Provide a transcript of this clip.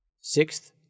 Sixth